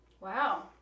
Wow